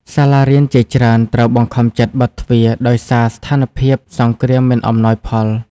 សាលារៀនជាច្រើនត្រូវបង្ខំចិត្តបិទទ្វារដោយសារស្ថានភាពសង្គ្រាមមិនអំណោយផល។